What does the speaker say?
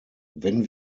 wenn